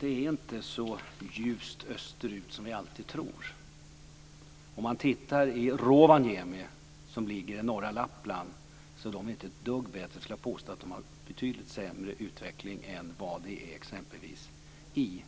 vill jag säga att det inte är så ljust österut som vi alltid tror. Om man tittar på Rovaniemi, som ligger i norra Lappland, ser man att de inte är ett dugg bättre. Jag skulle vilja påstå att de har en betydligt sämre utveckling än i exempelvis Pajala.